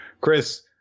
Chris